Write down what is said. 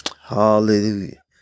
hallelujah